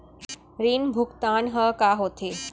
ऋण भुगतान ह का होथे?